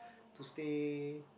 to stay